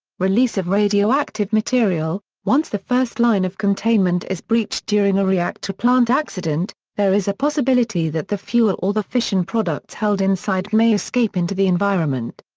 release of radioactive material once the first line of containment is breached during a reactor plant accident, there is a possibility that the fuel or the fission products held inside may escape into the environment.